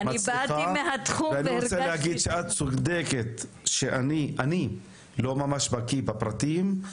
אני רוצה להגיד שאת צודקת שאני לא ממש בקיא בפרטים.